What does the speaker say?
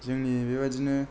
जोंनि बेबादिनो